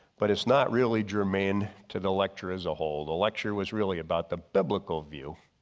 but it's not really germane to the lecture as a whole. the lecture was really about the biblical view